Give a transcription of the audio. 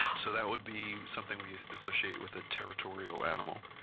so that would be something we associate with a territorial animal,